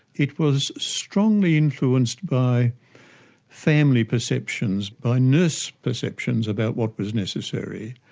it was strongly influenced by family perceptions, by nurse perceptions about what was necessary.